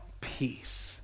peace